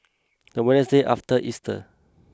the Wednesday after Easter